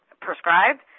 prescribed